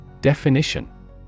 Definition